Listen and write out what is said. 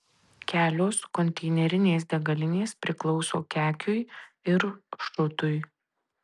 kelios konteinerinės degalinės priklauso kekiui ir šutui